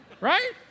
Right